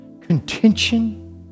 contention